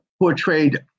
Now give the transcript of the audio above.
portrayed